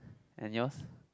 and yours